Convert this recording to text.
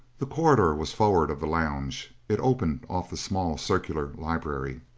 the corridor was forward of the lounge it opened off the small circular library.